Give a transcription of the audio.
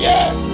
Yes